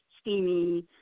steamy